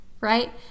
right